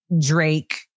Drake